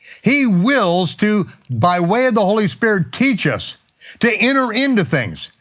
he wills to, by way of the holy spirit, teach us to enter into things,